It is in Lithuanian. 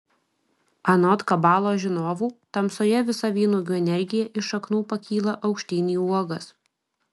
anot kabalos žinovų tamsoje visa vynuogių energija iš šaknų pakyla aukštyn į uogas